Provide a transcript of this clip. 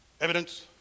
Evidence